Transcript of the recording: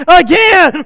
again